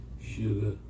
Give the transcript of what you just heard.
sugar